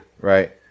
Right